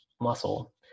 muscle